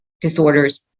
disorders